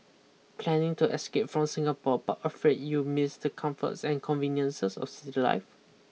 planning to escape from Singapore but afraid you'll miss the comforts and conveniences of city life